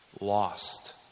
lost